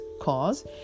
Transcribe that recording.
cause